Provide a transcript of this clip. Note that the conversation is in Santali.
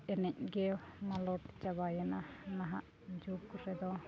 ᱮᱱᱮᱡ ᱜᱮ ᱢᱟᱞᱚᱴ ᱪᱟᱵᱟᱭᱮᱱᱟ ᱱᱟᱦᱟᱜ ᱡᱩᱜᱽ ᱨᱮᱫᱚ